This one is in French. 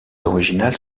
originales